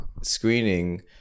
screening